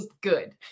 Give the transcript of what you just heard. good